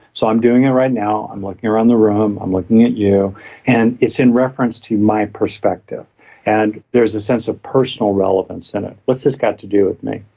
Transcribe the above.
so i'm doing it right now, i'm looking around the room, i'm looking at you and it's in reference to my perspective and there's a sense of personal relevance in it. what's this got to do with me?